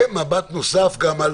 ומבט נוסף גם על